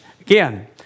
Again